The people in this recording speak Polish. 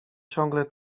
ciągle